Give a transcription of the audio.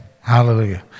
Hallelujah